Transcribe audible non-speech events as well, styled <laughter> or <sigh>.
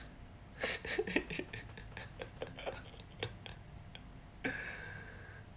<laughs>